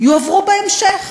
יועברו בהמשך